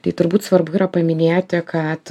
tai turbūt svarbu yra paminėti kad